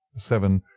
seven.